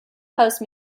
house